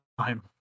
time